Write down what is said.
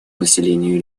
населению